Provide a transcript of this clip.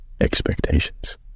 expectations